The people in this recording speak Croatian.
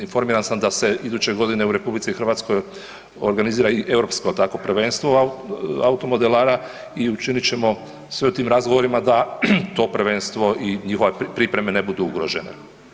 Informiran sam da se iduće godine u RH organizirana i europsko takvo prvenstvo automodelara i učinit ćemo sve u tim razgovorima da to prvenstvo i njihove pripreme ne budu ugrožene.